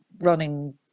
running